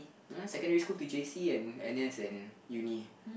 secondary school to J_C and N_S and uni